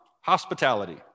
Hospitality